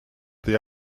the